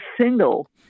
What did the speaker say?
single